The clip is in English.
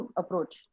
approach